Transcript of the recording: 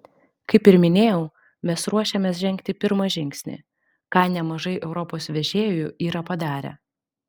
kaip ir minėjau mes ruošiamės žengti pirmą žingsnį ką nemažai europos vežėjų yra padarę